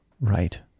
right